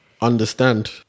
understand